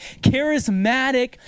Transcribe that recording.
charismatic